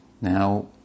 now